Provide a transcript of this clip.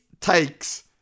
takes